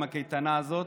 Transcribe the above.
עם הקייטנה הזאת.